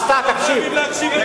לא חייבים להקשיב.